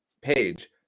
page